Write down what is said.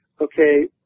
Okay